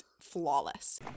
flawless